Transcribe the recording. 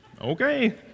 Okay